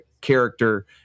character